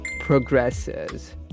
progresses